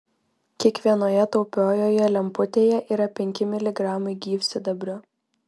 kiekvienoje taupiojoje lemputėje yra penki miligramai gyvsidabrio